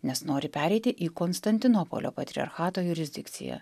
nes nori pereiti į konstantinopolio patriarchato jurisdikciją